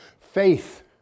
Faith